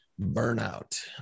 burnout